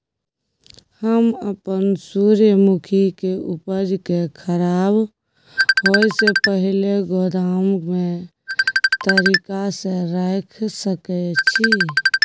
हम अपन सूर्यमुखी के उपज के खराब होयसे पहिले गोदाम में के तरीका से रयख सके छी?